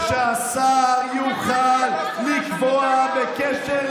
שאומרת בצורה מפורשת,